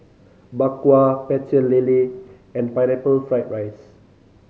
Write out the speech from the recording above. Bak Kwa Pecel Lele and Pineapple Fried rice